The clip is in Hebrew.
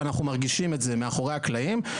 ואנחנו מרגישים את זה מאחורי הקלעים,